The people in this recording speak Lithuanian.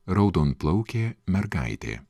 raudonplaukė mergaitė